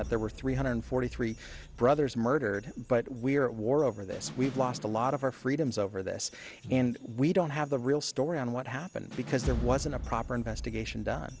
that there were three hundred forty three brothers murdered but we are at war over this we've lost a lot of our freedoms over this and we don't have the real story on what happened because there wasn't a proper investigation done